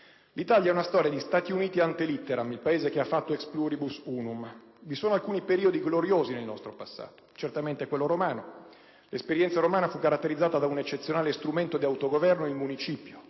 L'Italia è una sorta di Stati Uniti *ante litteram*, cioè il Paese che ha fatto *ex pluribus, unum*. Vi sono alcuni periodi gloriosi nel nostro passato: certamente, quello romano. L'esperienza romana fu caratterizzata da un eccezionale strumento di autogoverno: il municipio.